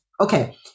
Okay